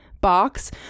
box